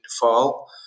fall